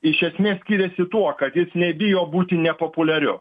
iš esmės skiriasi tuo kad jis nebijo būti nepopuliariu